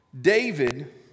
David